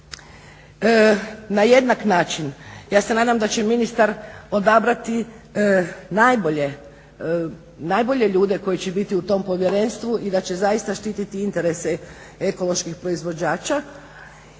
na jednak način, ja se nadam da će ministar odabrati najbolje ljude koji će biti u tom povjerenstvu i da će zaista štititi interese ekoloških proizvođača.